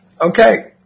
Okay